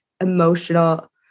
emotional